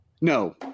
No